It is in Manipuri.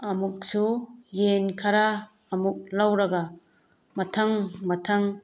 ꯑꯃꯨꯛꯁꯨ ꯌꯦꯟ ꯈꯔ ꯑꯃꯨꯛ ꯂꯧꯔꯒ ꯃꯊꯪ ꯃꯊꯪ